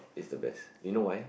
is the best you know why